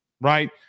right